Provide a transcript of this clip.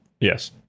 Yes